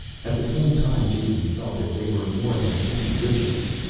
at the same time, jason felt that they were more than empty ritual.